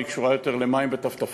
והיא קשורה יותר למים וטפטפות,